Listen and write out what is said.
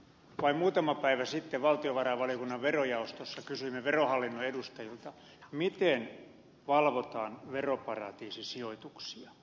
vain muutama päivä sitten valtiovarainvaliokunnan verojaostossa kysyimme verohallinnon edustajilta miten valvotaan veroparatiisisijoituksia